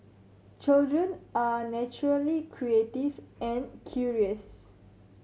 children are naturally creative and curious